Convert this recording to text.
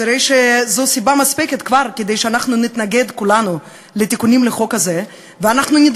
זו הרי סיבה מספקת כדי שאנחנו כולנו נתנגד לתיקונים לחוק הזה ונדרוש